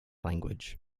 language